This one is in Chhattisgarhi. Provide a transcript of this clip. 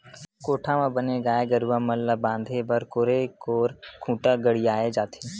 कोठा म बने गाय गरुवा मन ल बांधे बर कोरे कोर खूंटा गड़ियाये जाथे